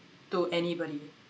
to anybody